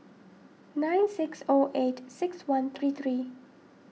nine six O eight six one three three